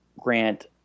grant